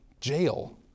jail